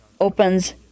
opens